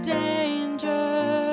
danger